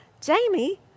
Jamie